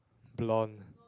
blonde